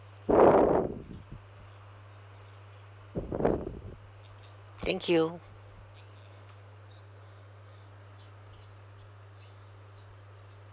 thank you